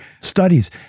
studies